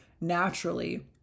naturally